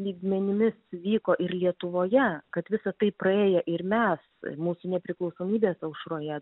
lygmenimis vyko ir lietuvoje kad visa tai praėję ir mes mūsų nepriklausomybės aušroje